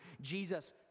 Jesus